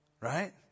right